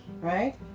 right